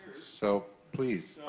so, please.